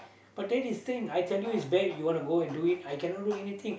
but then this thing I tell you it's bad you wanna go and do it I cannot do anything